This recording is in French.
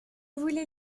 voulez